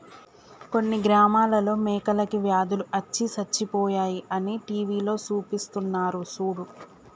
కొన్ని గ్రామాలలో మేకలకి వ్యాధులు అచ్చి సచ్చిపోయాయి అని టీవీలో సూపిస్తున్నారు సూడు